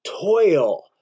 toil